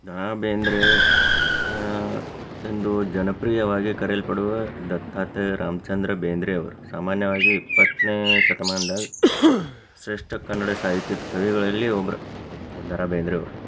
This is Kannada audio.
ದ ರಾ ಬೇಂದ್ರೆ ಎಂದು ಜನಪ್ರಿಯವಾಗಿ ಕರೆಯಲ್ಪಡುವ ದತ್ತಾತ್ರೇಯ ರಾಮ್ಚಂದ್ರ ಬೇಂದ್ರೆ ಅವರು ಸಾಮಾನ್ಯವಾಗಿ ಇಪ್ಪತ್ತನೆ ಶತಮಾನದಾಗ ಶ್ರೇಷ್ಠ ಕನ್ನಡ ಸಾಹಿತ್ಯ ಕವಿಗಳಲ್ಲಿ ಒಬ್ಬರು ದ ರಾ ಬೇಂದ್ರೆ ಅವರು